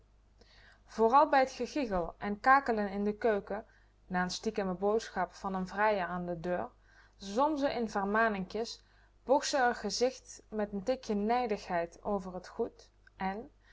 vooral bij t gegiegel en kakelen in de keuken na n stiekeme boodschap van n vrijer an de deur zwom ze in vermaninkjes boog ze r gezicht met n tikje nijdigheid over t goed en